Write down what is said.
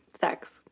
sex